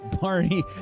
Barney